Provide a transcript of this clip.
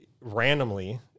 randomly